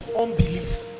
Unbelief